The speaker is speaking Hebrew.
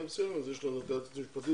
יש לנו את היועצת המשפטית.